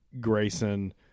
Grayson